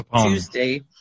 Tuesday